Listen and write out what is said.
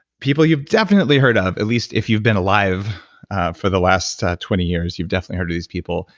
people you've definitely heard of, at least if you've been alive for the last twenty years, you've definitely heard of these people.